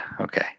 Okay